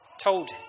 told